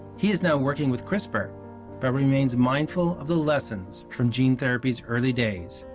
he is now working with crispr but remains mindful of the lessons from gene therapy's early days.